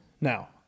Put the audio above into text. now